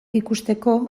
ikusteko